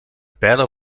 pijler